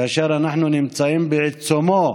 כאשר אנחנו נמצאים בעיצומו